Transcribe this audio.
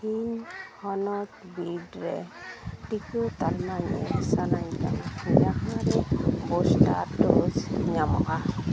ᱤᱧ ᱦᱚᱱᱚᱛ ᱵᱤᱰᱨᱮ ᱴᱤᱠᱟᱹ ᱛᱟᱞᱢᱟ ᱧᱮᱞ ᱥᱟᱱᱟᱧ ᱠᱟᱱᱟ ᱡᱟᱦᱟᱸᱨᱮ ᱵᱳᱥᱴᱟᱨ ᱰᱳᱡᱽ ᱧᱟᱢᱚᱜᱼᱟ